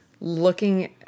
looking